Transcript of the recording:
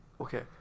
Okay